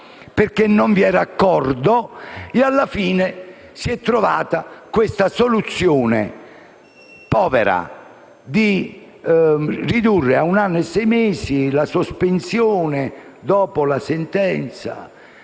perché non vi era accordo; alla fine si è giunti a questa soluzione povera, che consiste nel ridurre a un anno e sei mesi la sospensione dopo la sentenza.